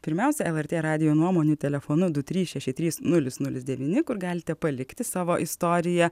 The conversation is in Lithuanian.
pirmiausia lrt radijo nuomonių telefonu du trys šeši trys nulis nulis devyni kur galite palikti savo istoriją